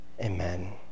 Amen